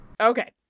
Okay